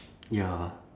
ya